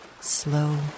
slow